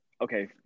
Okay